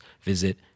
visit